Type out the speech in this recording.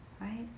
right